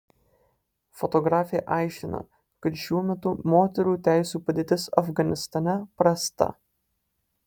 fotografė aiškina kad šiuo metu moterų teisių padėtis afganistane prasta